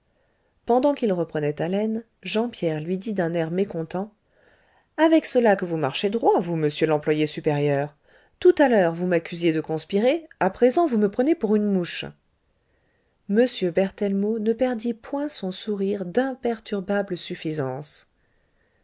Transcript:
pendant qu'il reprenait haleine jean pierre lui dit d'un air mécontent avec cela que vous marchez droit vous monsieur l'employé supérieur tout à l'heure vous m'accusiez de conspirer a présent vous me prenez pour une mouche h berthellemot ne perdit point son sourire d'imperturbable suffisance